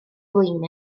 flin